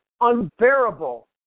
unbearable